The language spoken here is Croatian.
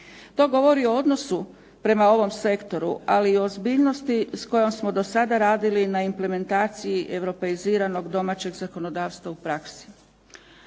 To govori o odnosu prema ovom sektoru, ali i ozbiljnosti s kojom smo do sada radili na implementaciji europeiziranog domaćeg zakonodavstva u praksi.